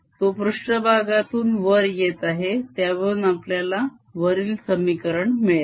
तो पृष्ठभागातून वर येत आहे त्यावरून आपल्याला वरील समीकरण मिळेल